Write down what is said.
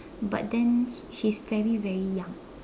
but then she is very very young